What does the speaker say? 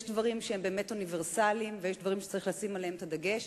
יש דברים שהם אוניברסליים ויש דברים שצריך לשים בהם את הדגש.